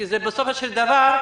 כי בסופו של דבר,